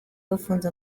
bafunze